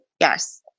Yes